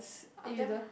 are damn